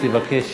אני מבקש,